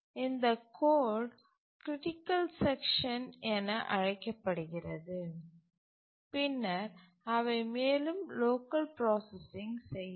இந்த கோடு critical section என அழைக்கப்படுகிறது பின்னர் அவை மேலும் லோக்கல் ப்ராசசிங் செய்யலாம்